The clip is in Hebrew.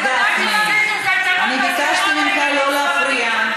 אני ביקשתי ממך לא להפריע.